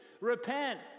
repent